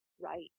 Right